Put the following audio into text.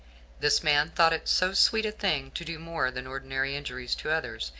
this man thought it so sweet a thing to do more than ordinary injuries to others,